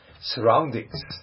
surroundings